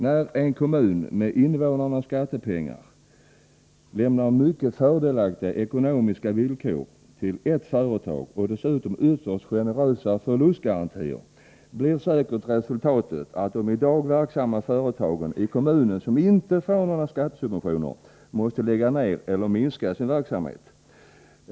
När en kommun med invånarnas skattepengar lämnar mycket fördelaktiga ekonomiska villkor till ett företag och dessutom ytterst generösa förlustgarantier blir säkert resultatet att de i dag verksamma företagen i kommunen som inte får några skattesubventioner måste lägga ned eller minska sin verksamhet.